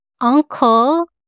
uncle